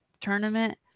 tournament